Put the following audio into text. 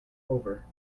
over